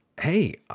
hey